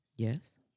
Yes